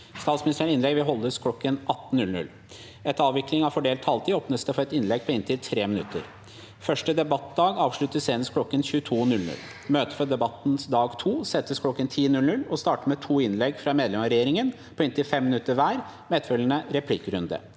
Statsministerens innlegg vil holdes kl. 18. Etter avvikling av fordelt taletid åpnes det for innlegg på inntil 3 minutter. Første debattdag avsluttes senest kl. 22. Møtet på debattens dag to settes kl. 10 og starter med to innlegg fra medlemmer av regjeringen på inntil 5 minutter hver, med etterfølgende replikkrunde.